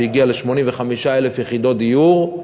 שהגיע ל-85,000 יחידות דיור,